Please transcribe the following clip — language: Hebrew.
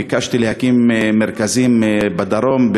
ביקשתי להקים מרכזים בדרום,